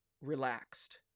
relaxed